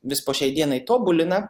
vis po šiai dienai tobulina